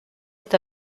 est